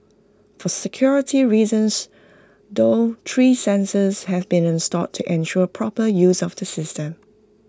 for security reasons though three sensors have been installed to ensure proper use of the system